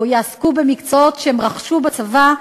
או יעסקו במקצועות שהם רכשו בצבא,